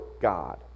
God